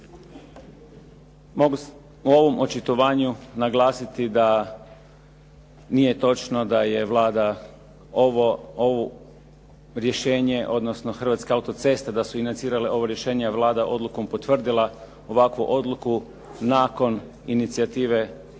Mogu o ovom očitovanju naglasiti da nije točno da je Vlada ovo rješenje, odnosno Hrvatske autoceste da su inicirale ovo rješenje, a Vlada odlukom potvrdila ovakvu odluku nakon inicijative SDP-a